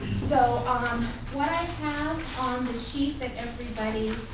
so um what i have on the sheet that everybody